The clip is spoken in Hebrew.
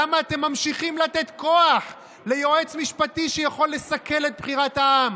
למה אתם ממשיכים לתת כוח ליועץ משפטי שיכול לסכל את בחירת העם?